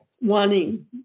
wanting